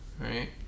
right